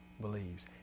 believes